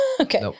Okay